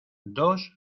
dos